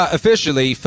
officially